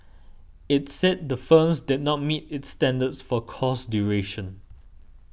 it said the firms did not meet its standards for course duration